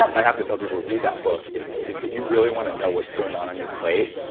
i have to tell people read that book. if if you really want to know what's going on on your plate,